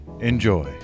enjoy